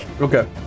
Okay